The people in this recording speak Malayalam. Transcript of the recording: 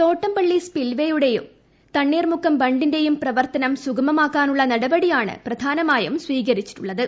തോട്ടപള്ളി സ്പിൽവേയുടെയും തണ്ണീർമുക്കം ബണ്ടിന്റെയും പ്രവർത്തനം സുഗമമാക്കാനുള്ള നടപടിയാണ് പ്രധാനമായും സ്വീകരിച്ചിട്ടുള്ളത്